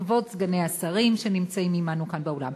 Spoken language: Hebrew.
כבוד סגני השרים שנמצאים עמנו כאן באולם,